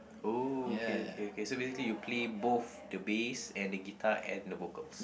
oh okay okay okay so basically you play both the bass and the guitar and the vocals